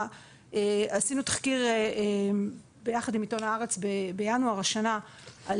עשינו תחקיר ביחד עם עיתון "הארץ" בינואר השנה על